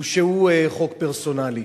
הוא שהוא חוק פרסונלי.